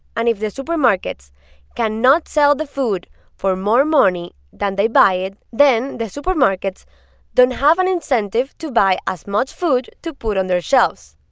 and if the supermarkets cannot sell the food for more money than they buy it, then the supermarkets don't have an incentive to buy as much food to put on their shelves,